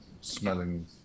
smelling